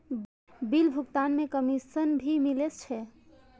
Bill भुगतान में commission भी मिले छै?